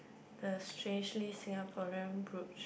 the Strangely Singaporean brooch